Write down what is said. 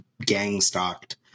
gang-stalked